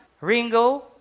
Ringo